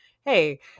hey